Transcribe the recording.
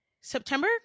September